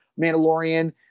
Mandalorian